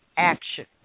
action